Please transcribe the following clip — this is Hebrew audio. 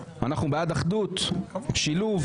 אנחנו בעד אחדות, שילוב.